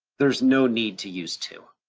there's no need to use two,